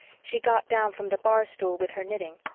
she got down from the bar stool with her knitting.